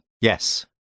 Yes